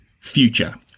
future